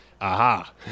aha